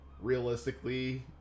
realistically